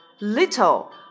Little